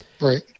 Right